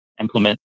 implement